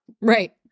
Right